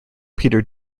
peter